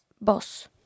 Boss